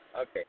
Okay